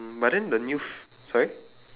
mm but then the new f~ sorry